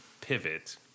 pivot